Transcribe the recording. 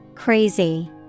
Crazy